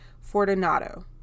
Fortunato